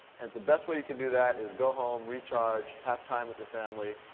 and the best way you can do that is go home, recharge, have time with your family.